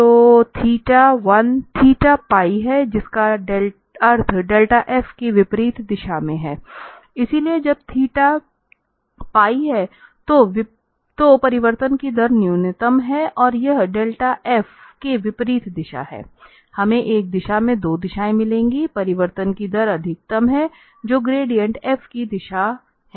तो θ 1 θ π है जिसका अर्थ डेल्टा f की विपरीत दिशा में है इसलिए जब θ π है तो परिवर्तन की दर न्यूनतम है और यह डेल्टा f के विपरीत दिशा है हमें एक दिशा में दो दिशाएं मिलीं परिवर्तन की दर अधिकतम है जो ग्रेडिएंट f की दिशा है